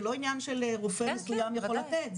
זה לא עניין של רופא מסוים יכול לתת,